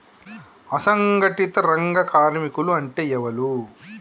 అసంఘటిత రంగ కార్మికులు అంటే ఎవలూ?